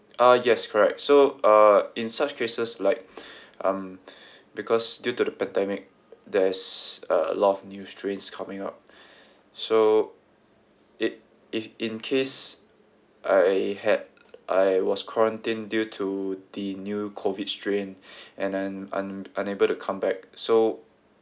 ah yes correct so uh in such cases like um because due to the pandemic there is uh a lot of new strains coming up so it if in case I had I was quarantined due to the new COVID strain and then un~ unable to come back so